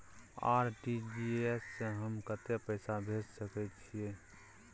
RTG S स हम कत्ते पैसा भेज सकै छीयै?